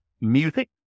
music